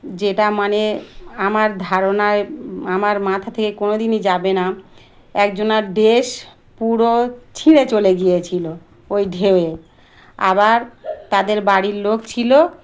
যেটা মানে আমার ধারণায় আমার মাথা থেকে কোনো দিনই যাবে না একজনার ড্রেস পুরো ছিঁড়ে চলে গিয়েছিলো ওই ঢেউয়ে আবার তাদের বাড়ির লোক ছিলো